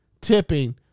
tipping